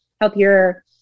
healthier